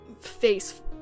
face